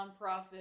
nonprofit